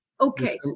Okay